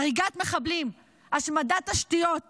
הריגת מחבלים, השמדת תשתיות ומנהרות,